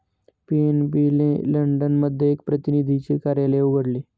PNB ने London मध्ये एक प्रतिनिधीचे कार्यालय उघडले